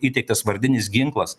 įteiktas vardinis ginklas